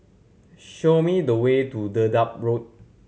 show me the way to Dedap Road